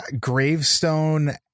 gravestone